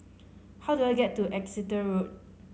how do I get to Exeter Road